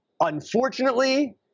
Unfortunately